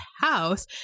house